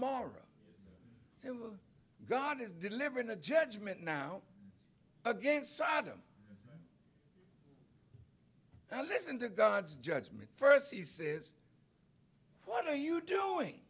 ah god is delivering the judgment now against saddam i listen to god's judgment first he says what are you doing